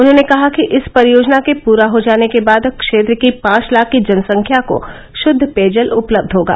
उन्होंने कहा कि इस परियोजना के पूरा हो जाने के बाद क्षेत्र की पांच लाख की जनसंख्या को शुद्द पेयजल उपलब्ध होगा